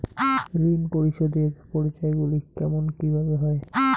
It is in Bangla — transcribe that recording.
ঋণ পরিশোধের পর্যায়গুলি কেমন কিভাবে হয়?